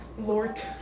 Lord